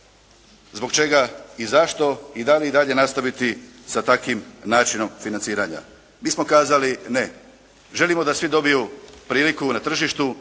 zbog čega i zašto i da li i dalje nastaviti sa takvim načinom financiranja. Mi smo kazali "ne", želimo da svi dobiju priliku na tržištu,